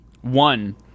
One